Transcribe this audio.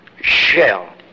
shell